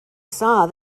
saw